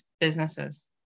businesses